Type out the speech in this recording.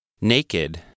Naked